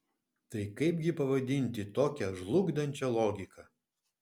tai kaipgi pavadinti tokią žlugdančią logiką